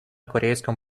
корейском